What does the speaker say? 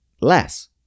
less